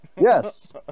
Yes